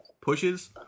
pushes